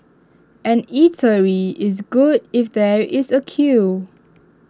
an eatery is good if there is A queue